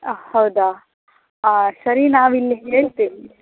ಹೌದಾ ಸರಿ ನಾವಿಲ್ಲಿ ಹೇಳ್ತೀವಿ